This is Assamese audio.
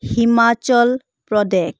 হিমাচল প্ৰদেশ